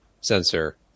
sensor